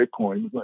Bitcoin